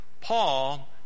Paul